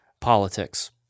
politics